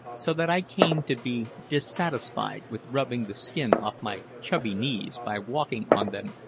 so that i came to be dissatisfied with rubbing the skin off my chubby knees by walking on them,